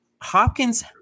hopkins